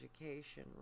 education